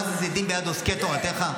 מה זה "זדים ביד עוסקי תורתך"?